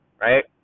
right